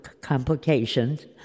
complications